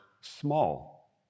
small